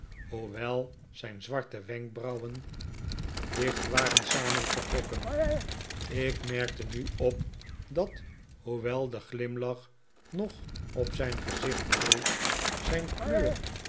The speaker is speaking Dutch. hoewel zijn zwarte wenkbrauwen dicht waik krijg twee voogden ren samengetrokken ik merkte nu op dat hoewel de glimlach nog op zijn gezicht bleef zijn kleur